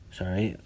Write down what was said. sorry